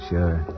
Sure